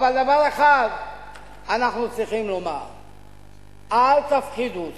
אבל דבר אחד אנחנו צריכים לומר: אל תפחידו אותנו.